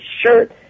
shirt